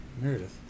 Meredith